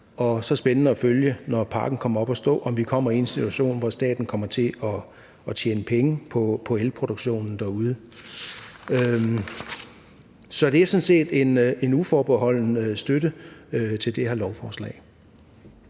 og spændende at følge, når parken kommer op at stå, om vi kommer i en situation, hvor staten kommer til at tjene penge på elproduktionen derude. Så det er sådan set en uforbeholden støtte til det her lovforslag.